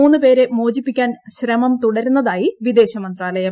മൂന്നുപേരെ മോചിപ്പിക്കാൻ ശ്രമം തുടരുന്നതായി വിദേശമന്ത്രാലയം